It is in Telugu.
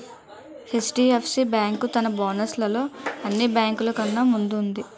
హెచ్.డి.ఎఫ్.సి బేంకు తన బోనస్ లలో అన్ని బేంకులు కన్నా ముందు వుంది